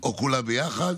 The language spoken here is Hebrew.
או כולן ביחד,